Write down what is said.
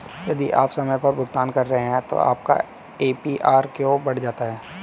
यदि आप समय पर भुगतान कर रहे हैं तो आपका ए.पी.आर क्यों बढ़ जाता है?